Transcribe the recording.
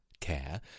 care